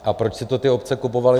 A proč si to ty obce kupovaly?